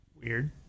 Weird